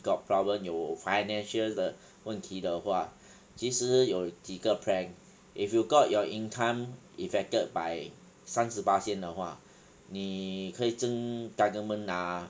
got problem 有 financial 的问题的话其实有几个 plan if you've got your income affected by 三十八仙的话你可以跟 government 拿